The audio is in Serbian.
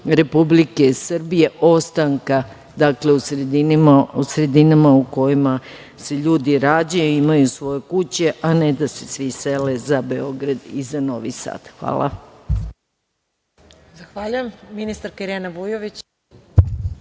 Republike Srbije ostanka u sredinama u kojima se ljudi rađaju i imaju svoje kuće, a ne da se svi sele za Beograd i za Novi Sad. Hvala.